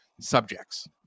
subjects